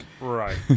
Right